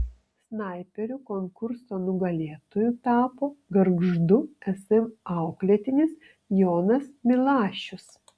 snaiperių konkurso nugalėtoju tapo gargždų sm auklėtinis jonas milašius